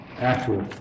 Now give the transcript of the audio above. actual